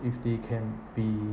if they can be